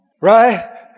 Right